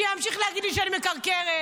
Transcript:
שימשיך להגיד לי שאני מקרקרת.